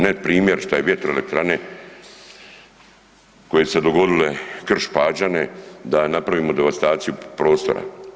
Ne primjer šta je bio vjetroelektrane koje su se dogodile Krš-Pađene da napravimo devastaciju prostora.